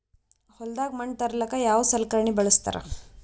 ಹೊಲದಾಗ ಮಣ್ ತರಲಾಕ ಯಾವದ ಸಲಕರಣ ಬಳಸತಾರ?